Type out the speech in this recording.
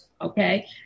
Okay